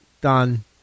Done